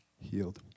healed